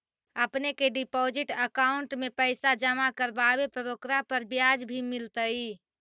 अपने के deposit account में पैसे जमा करवावे पर ओकरा पर ब्याज भी मिलतई